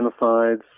genocides